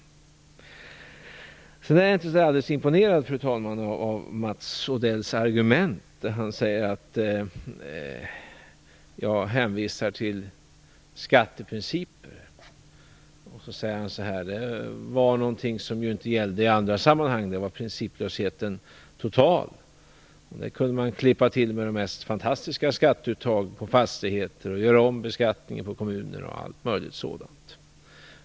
Jag är, fru talman, inte så väldigt imponerad av Mats Odells argument. Han säger att jag hänvisar till skatteprinciper och att det inte har gällt i andra sammanhang, då principlösheten har varit total och det har gått att klippa till med de mest fantastiska skatteuttag på fastigheter, att göra om beskattningen på kommuner, osv.